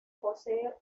posee